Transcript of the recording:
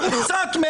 קצת.